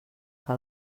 que